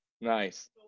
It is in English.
nice